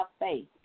faith